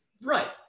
Right